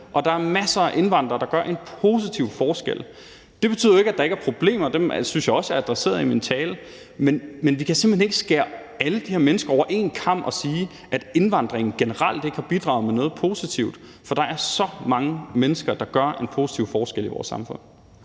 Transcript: og der er masser af indvandrere, der gør en positiv forskel. Det betyder jo ikke, at der ikke er problemer, og dem synes jeg også jeg adresserede i min tale. Men vi kan simpelt hen ikke skære alle de her mennesker over én kam og sige, at indvandringen generelt ikke har bidraget med noget positivt. For der er så mange mennesker, der gør en positiv forskel i vores samfund.